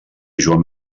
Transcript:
joan